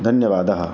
धन्यवादः